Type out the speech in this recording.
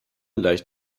leicht